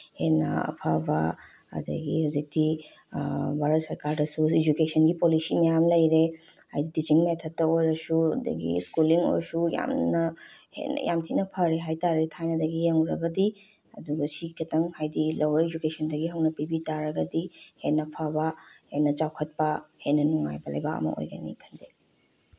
ꯍꯦꯟꯅ ꯑꯐꯕ ꯑꯗꯒꯤ ꯍꯧꯖꯤꯛꯇꯤ ꯚꯥꯔꯠ ꯁꯔꯀꯥꯔꯗꯁꯨ ꯏꯖꯨꯀꯦꯁꯟꯒꯤ ꯄꯣꯂꯤꯁꯤ ꯃꯌꯥꯝ ꯂꯩꯔꯦ ꯍꯥꯏꯗꯤ ꯇꯤꯆꯤꯡ ꯃꯦꯊꯠꯇ ꯑꯣꯏꯔꯁꯨ ꯑꯗꯒꯤ ꯁ꯭ꯀꯨꯂꯤꯡ ꯑꯣꯏꯔꯁꯨ ꯌꯥꯝꯅ ꯍꯦꯟꯅ ꯌꯥꯝ ꯊꯤꯅ ꯐꯔꯦ ꯍꯥꯏ ꯇꯥꯔꯦ ꯊꯥꯏꯅꯗꯒꯤ ꯌꯦꯡꯉꯨꯔꯒꯗꯤ ꯑꯗꯨꯒ ꯁꯤꯈꯇꯪ ꯍꯥꯏꯗꯤ ꯂꯣꯋꯥꯔ ꯏꯖꯨꯀꯦꯁꯟꯗꯒꯤ ꯍꯧꯅ ꯄꯤꯕꯤ ꯇꯥꯔꯒꯗꯤ ꯍꯦꯟꯅ ꯐꯕ ꯍꯦꯟꯅ ꯆꯥꯎꯈꯠꯄ ꯍꯦꯟꯅ ꯅꯨꯡꯉꯥꯏꯕ ꯂꯩꯕꯥꯛ ꯑꯃ ꯑꯣꯏꯒꯅꯤ ꯈꯟꯖꯩ